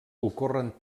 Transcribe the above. ocorren